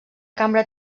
cambra